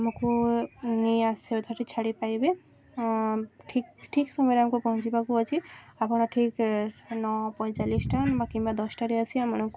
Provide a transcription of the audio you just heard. ଆମକୁ ନେଇ ଆସିବେ ଛାଡ଼ିପାଇବେ ଠିକ୍ ଠିକ୍ ସମୟରେ ଆମକୁ ପହଞ୍ଚିବାକୁ ଅଛି ଆପଣ ଠିକ୍ ନଅ ପଇଁଚାଳିଶ ଟାଇମ୍ କିମ୍ବା ଦଶଟାରେ ଆସି ଆମମାନଙ୍କୁ